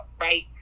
right